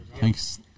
Thanks